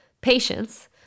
patience